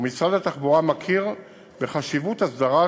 ומשרד התחבורה מכיר בחשיבות הסדרת